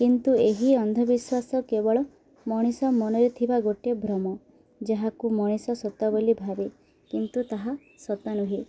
କିନ୍ତୁ ଏହି ଅନ୍ଧବିଶ୍ୱାସ କେବଳ ମଣିଷ ମନରେ ଥିବା ଗୋଟେ ଭ୍ରମ ଯାହାକୁ ମଣିଷ ସତ ବୋଲି ଭାବବେ କିନ୍ତୁ ତାହା ସତ ନୁହେଁ